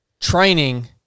training